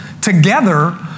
together